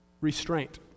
Restraint